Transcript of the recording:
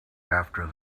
after